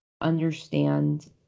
understand